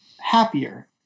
happier